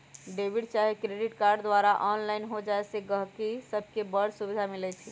debit चाहे credit card द्वारा online हो जाय से गहकि सभके बड़ सुभिधा मिलइ छै